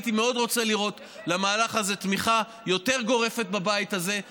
הייתי מאוד רוצה לראות תמיכה יותר גורפת במהלך הזה בבית הזה,